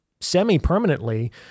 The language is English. semi-permanently